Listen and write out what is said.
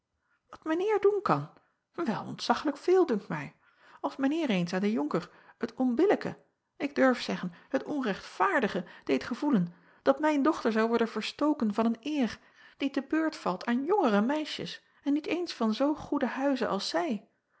mijn eer doen kan el ontzaglijk veel dunkt mij ls mijn eer eens aan den onker het onbillijke ik durf zeggen het onrechtvaardige deed gevoelen dat mijn dochter zou worden verstoken van een eer die te beurt valt aan jongere meisjes en niet eens van zoo goeden huize als zij